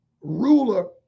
ruler